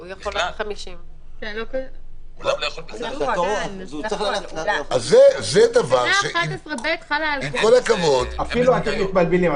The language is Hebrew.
הוא יכול עם 50. אפילו אתם מתבלבלים.